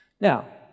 Now